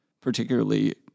particularly